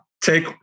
Take